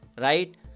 right